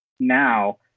Now